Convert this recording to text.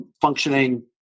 functioning